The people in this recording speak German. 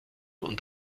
und